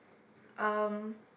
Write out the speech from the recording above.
um